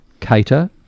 cater